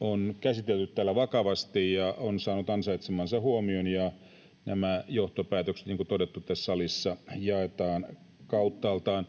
on käsitelty täällä vakavasti ja on saanut ansaitsemansa huomion, ja nämä johtopäätökset — niin kuin on todettu — tässä salissa jaetaan kauttaaltaan.